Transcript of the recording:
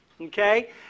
Okay